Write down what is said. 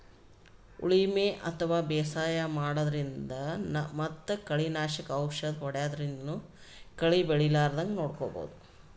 ಉಳಿಮೆ ಅಥವಾ ಬೇಸಾಯ ಮಾಡದ್ರಿನ್ದ್ ಮತ್ತ್ ಕಳಿ ನಾಶಕ್ ಔಷದ್ ಹೋದ್ಯಾದ್ರಿನ್ದನೂ ಕಳಿ ಬೆಳಿಲಾರದಂಗ್ ನೋಡ್ಕೊಬಹುದ್